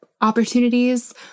opportunities